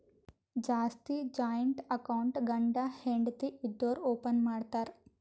ಜಾಸ್ತಿ joint account ಗಂಡ ಹೆಂಡತಿ ಇದ್ದೋರು ಓಪನ್ ಮಾಡ್ತಾರ್